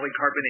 polycarbonate